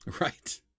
Right